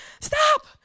stop